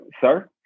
sir